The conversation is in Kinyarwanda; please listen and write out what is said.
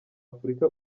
afurika